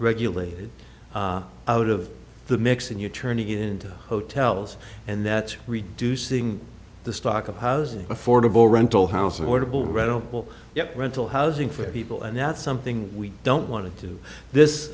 regulated out of the mix and you're turning it into hotels and that reducing the stock of housing affordable rental housing or double red opal yet rental housing for people and that's something we don't want to do this